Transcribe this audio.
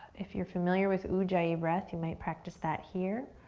if you're familiar with ujjayi breath, you might practice that here.